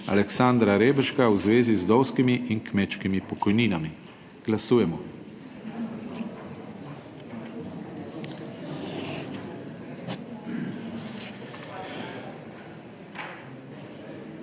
Aleksandra Reberška v zvezi z vdovskimi in kmečkimi pokojninami. Glasujemo.